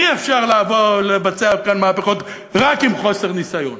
אי-אפשר לבוא לבצע מהפכות רק עם חוסר ניסיון